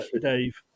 Dave